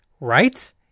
Right